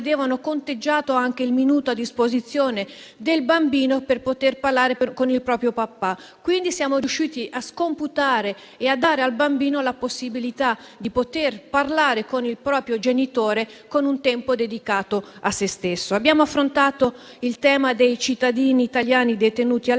vedevano conteggiato anche il minuto a disposizione del bambino per poter parlare con il proprio papà. Quindi siamo riusciti a scomputare e a dare al bambino la possibilità di parlare con il proprio genitore, in un tempo dedicato a se stesso. Abbiamo affrontato il tema dei cittadini italiani detenuti